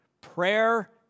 Prayer